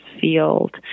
field